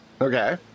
Okay